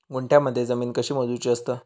गुंठयामध्ये जमीन कशी मोजूची असता?